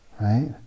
Right